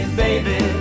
baby